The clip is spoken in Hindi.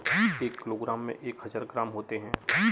एक किलोग्राम में एक हज़ार ग्राम होते हैं